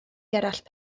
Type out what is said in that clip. gerallt